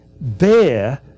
bear